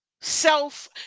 self